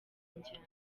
injyana